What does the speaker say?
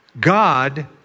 God